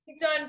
done